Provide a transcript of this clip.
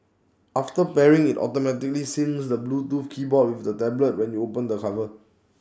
after pairing IT automatically syncs the Bluetooth keyboard with the tablet when you open the cover